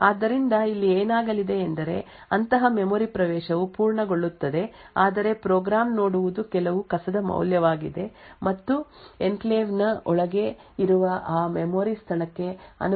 ಆದ್ದರಿಂದ ಇಲ್ಲಿ ಏನಾಗಲಿದೆ ಎಂದರೆ ಅಂತಹ ಮೆಮೊರಿ ಪ್ರವೇಶವು ಪೂರ್ಣಗೊಳ್ಳುತ್ತದೆ ಆದರೆ ಪ್ರೋಗ್ರಾಂ ನೋಡುವುದು ಕೆಲವು ಕಸದ ಮೌಲ್ಯವಾಗಿದೆ ಮತ್ತು ಎನ್ಕ್ಲೇವ್ ನ ಒಳಗೆ ಇರುವ ಆ ಮೆಮೊರಿ ಸ್ಥಳಕ್ಕೆ ಅನುಗುಣವಾದ ನಿಜವಾದ ಮೌಲ್ಯವಲ್ಲ